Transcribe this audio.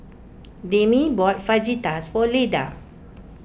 Demi bought Fajitas for Leda